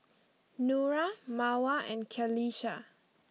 Nura Mawar and Qalisha